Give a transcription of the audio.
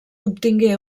obtingué